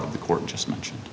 the court just mentioned